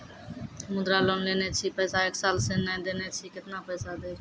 मुद्रा लोन लेने छी पैसा एक साल से ने देने छी केतना पैसा देब?